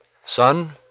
son